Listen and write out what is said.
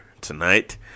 tonight